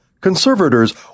Conservators